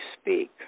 speak